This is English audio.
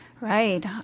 Right